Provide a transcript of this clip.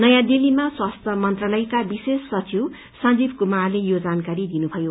नयाँ दिल्लीमा स्वास्थ्य मन्त्रालयका विशेष सचिव संजीव कुमारले यो जानकारी दिनुभयो